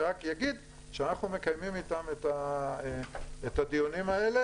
אני רק אגיד שאנחנו מקיימים איתם את הדיונים האלה,